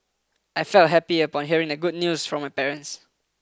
I felt happy upon hearing the good news from my parents